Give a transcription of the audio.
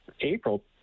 April